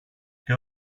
και